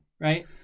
Right